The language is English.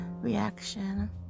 reaction